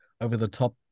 over-the-top